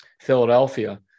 Philadelphia